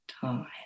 time